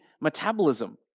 metabolism